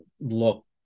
look